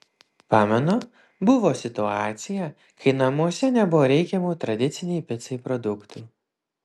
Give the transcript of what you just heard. pamenu buvo situacija kai namuose nebuvo reikiamų tradicinei picai produktų